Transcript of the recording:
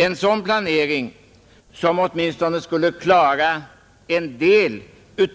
En sådan planering, som åtminstone skulle klara en del